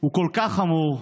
הוא כל כך חמור,